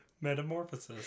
Metamorphosis